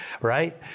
right